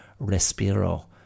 Respiro